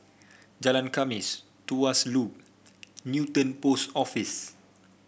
Jalan Khamis Tuas Loop Newton Post Office